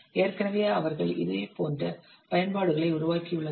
ஏற்கனவே அவர்கள் இதே போன்ற பயன்பாடுகளை உருவாக்கியுள்ளனர்